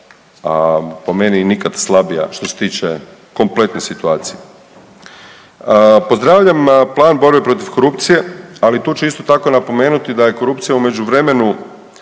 a po meni nikad slabija što se tiče kompletne situacije. Pozdravljam plan borbe protiv korupcije, ali tu ću isto tako napomenuti da je korupcija u međuvremenu